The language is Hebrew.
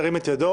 ירים את ידו.